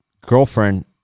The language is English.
girlfriend